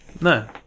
No